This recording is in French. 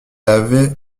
avait